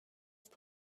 have